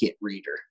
reader